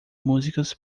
músicas